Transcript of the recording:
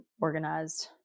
organized